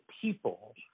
people